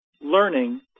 learning